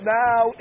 now